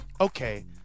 okay